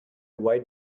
white